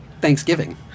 Thanksgiving